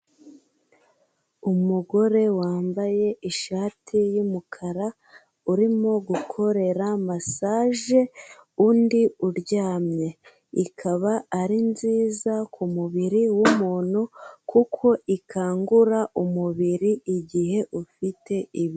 Umugore wambaye ishati y'umukara urimo gukorera masaje undi uryamye, ikaba ari nziza ku mubiri w'umuntu kuko ikangura umubiri igihe ufite ibibazo.